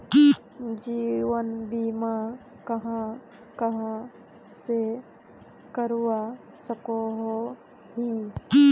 जीवन बीमा कहाँ कहाँ से करवा सकोहो ही?